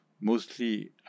mostly